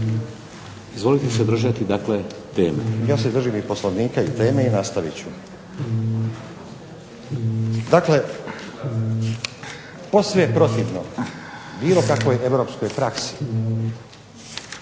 držati teme. **Stazić, Nenad (SDP)** Ja se držim i Poslovnika i teme i nastavit ću. Dakle, posve je protivno bilo kakvoj europskoj praksi,